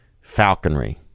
Falconry